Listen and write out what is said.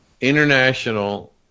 international